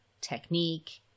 technique